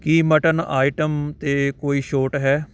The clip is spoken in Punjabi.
ਕੀ ਮੱਟਨ ਆਈਟਮ 'ਤੇ ਕੋਈ ਛੋਟ ਹੈ